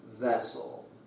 vessel